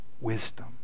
wisdom